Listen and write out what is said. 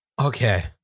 Okay